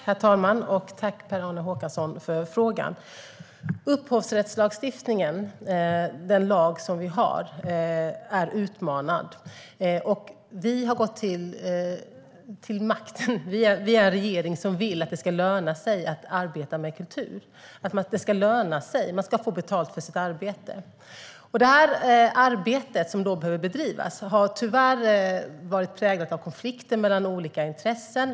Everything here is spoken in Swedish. Herr talman! Tack, Per-Arne Håkansson, för frågan! Upphovsrättslagstiftningen, som är den lag som vi har, är utmanad. Vi är en regering som vill att det ska löna sig att arbeta med kultur och att man ska få betalt för sitt arbete. Detta arbete, som behöver bedrivas, har tyvärr varit präglat av konflikter mellan olika intressen.